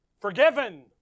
forgiven